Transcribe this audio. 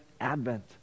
Advent